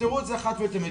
שיפתרו את זה אחת ולתמיד,